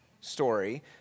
story